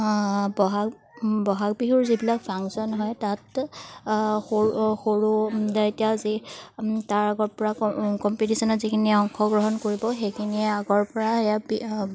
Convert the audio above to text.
বহাগ বহাগ বিহুৰ যিবিলাক ফাংচন হয় তাত সৰু সৰু এতিয়া যি তাৰ আগৰ পৰা ক কম্পিটিশ্যনত যিখিনি অংশগ্ৰহণ কৰিব সেইখিনিয়ে আগৰ পৰা